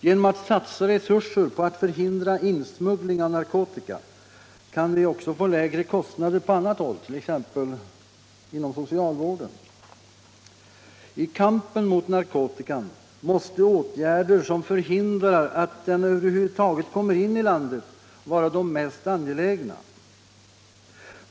Genom att satsa resurser på att förhindra insmuggling av narkotika kan vi också få lägre kostnader på annat håll, t.ex. inom socialvården. I kampen mot narkotikan måste åtgärder som förhindrar att den över huvud taget kommer in i landet vara de mest angelägna.